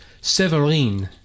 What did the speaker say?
Severine